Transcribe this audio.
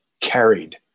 carried